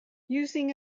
using